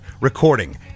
recording